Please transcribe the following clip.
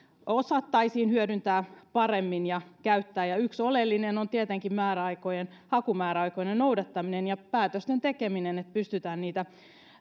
osattaisiin hyödyntää paremmin ja käyttää ja yksi oleellinen tekijä on tietenkin hakumääräaikojen noudattaminen ja päätösten tekeminen että pystytään niitä